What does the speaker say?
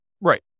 right